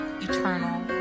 eternal